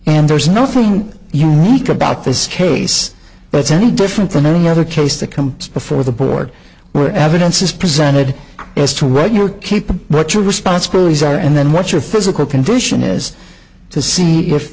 and there is nothing unique about this case that's any different than any other case that come before the board where evidence is presented as to write your keep what your responsibilities are and then what your physical condition is to see if